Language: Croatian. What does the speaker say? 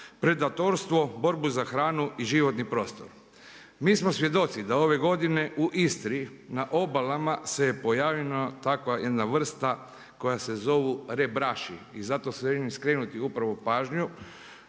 predatorstvo, borbu za hranu i životni prostor. Mi smo svjedoci da ove godine u Istri na obalama se pojavila takva jedna vrsta koja se zovu rebraši. I zašto želim skrenuti upravo pažnju